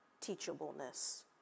teachableness